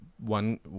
one